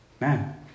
Man